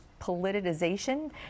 politicization